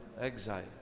exile